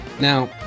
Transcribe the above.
Now